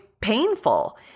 painful